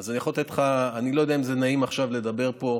אני לא יודע אם זה נעים עכשיו לדבר פה,